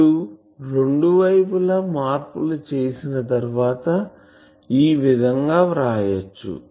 ఇప్పుడు రెండు వైపుల మార్పులు చేసిన తర్వాత ఈ విధంగా వ్రాయచ్చు